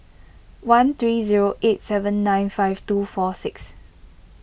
one three zero eight seven nine five two four six